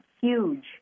huge